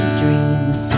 dreams